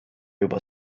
juba